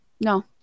No